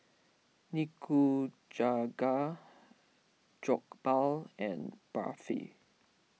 Nikujaga Jokbal and Barfi